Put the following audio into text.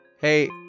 hey